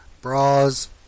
bras